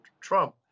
Trump